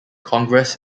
congress